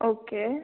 okay